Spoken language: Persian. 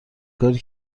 کاری